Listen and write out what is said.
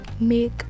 make